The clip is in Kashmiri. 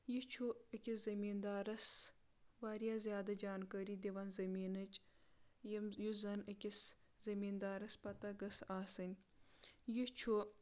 یہِ چھ اکس زمیدارس واریاہ زیادٕ جانکٲری دوان ذمیٖنچ یس زن اکس ذمیِندارس پتا گژھ آسنی یہِ چھ